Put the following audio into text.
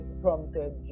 prompted